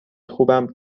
خوبم